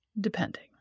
depending